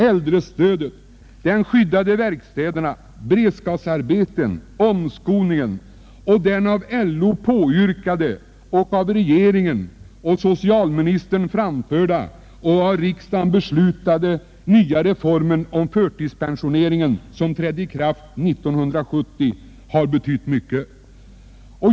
Äldrestödet, de skyddade verkstäderna, beredskapsarbetena, omskolningen och den av LO piyrkade och av regeringen och socialministern utarbetade och av riksdagen beslutade nya reformen för förtidspensionering — vilken reform trädde i kraft 1970 — har betytt mycket.